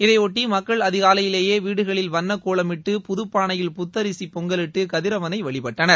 இதையொட்டி மக்கள் அதிகாலையிலேயே வீடுகளில் வண்ணக் கோலமிட்டு புதுப்பாளையில் புத்தரிசி பொங்கலிட்டு கதிரவனை வழிபட்டனர்